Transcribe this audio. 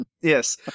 Yes